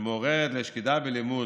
שמעוררת לשקידה בלימוד,